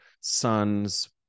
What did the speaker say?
son's